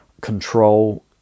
control